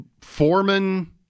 Foreman